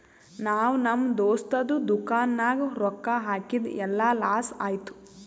ನಾ ನಮ್ ದೋಸ್ತದು ದುಕಾನ್ ನಾಗ್ ರೊಕ್ಕಾ ಹಾಕಿದ್ ಎಲ್ಲಾ ಲಾಸ್ ಆಯ್ತು